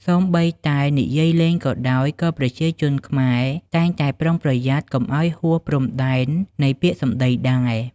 សូម្បីតែនិយាយលេងក៏ដោយ ក៏ប្រជាជនខ្មែរតែងតែប្រុងប្រយ័ត្នកុំឲ្យហួសព្រំដែននៃពាក្យសម្ដីដែរ។